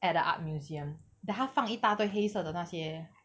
at the art museum then 她放一大堆黑色的那些